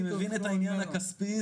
אני מבין את העניין הכספי,